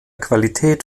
qualität